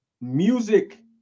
Music